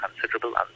considerable